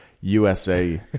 USA